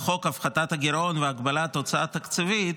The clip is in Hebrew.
לתקן בחוק הפחתת הגירעון והגבלת הוצאה תקציבית,